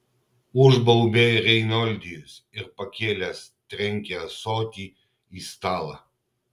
užbaubė reinoldijus ir pakėlęs trenkė ąsotį į stalą